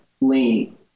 lean